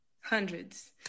Hundreds